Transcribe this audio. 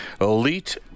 Elite